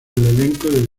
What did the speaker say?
elenco